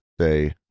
say